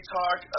talk